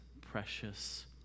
precious